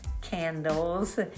candles